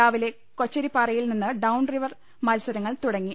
രാവിലെ കൊച്ചരിപ്പാറയിൽ നിന്ന് ഡൌൺ റിവർ മത്സരങ്ങൾ തുടങ്ങി